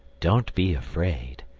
don't be afraid.